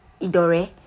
Idore